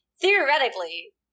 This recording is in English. theoretically